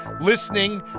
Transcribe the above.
listening